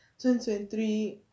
2023